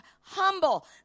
humble